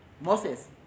Moses